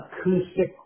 acoustic